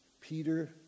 Peter